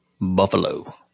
Buffalo